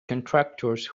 contractors